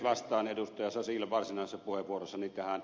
vastaan edustajansa silva sinänsä voi voi ed